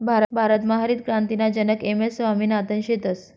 भारतमा हरितक्रांतीना जनक एम.एस स्वामिनाथन शेतस